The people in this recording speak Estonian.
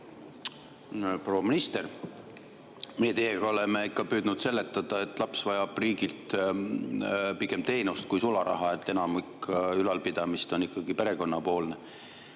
Proua minister! Meie teiega oleme ikka püüdnud seletada, et laps vajab riigilt pigem teenust kui sularaha. Enamikus on ülalpidamine ikkagi perekonnapoolne.